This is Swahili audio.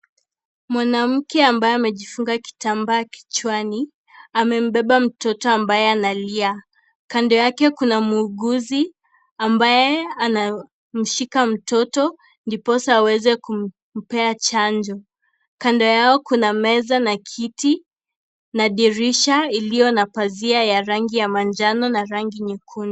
Mwanamke ambaye amejifunga kitambaa kichwani amembeba mtoto ambaye analia, kando yake kuna muuguzi ambaye anamshika mototo ndiposa aweze kumpea chanjo, kando yao kuna meza na kiti na dirisha iliyo na pasia iliyo na rangi ya manjano na rangi nyekundu.